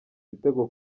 ibitego